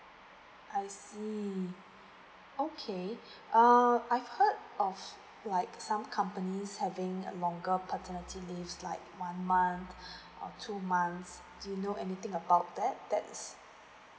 I see okay err I've heard of like a some companies having a longer paternity leaves like one month or two months do you know anything about that that's